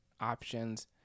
options